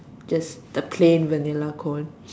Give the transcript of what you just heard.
just the plain Vanilla cone